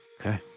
okay